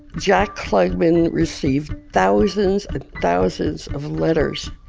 jack klugman received thousands and thousands of letters,